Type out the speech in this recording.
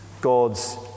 God's